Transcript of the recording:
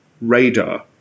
radar